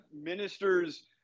ministers